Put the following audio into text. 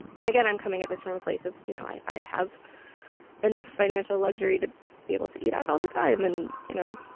and again, i'm coming at this from a place of, you know, i have enough financial luxury to be able to eat out all the time. and, you know,